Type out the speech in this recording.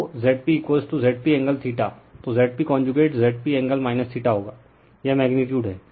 तो ZpZpangle तो Zp conjugate Zp angle होगा यह मैग्नीटयूड है